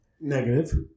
negative